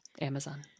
Amazon